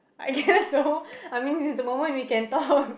I guess so I mean this is the moment we can talk